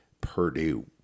Purdue